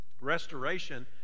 restoration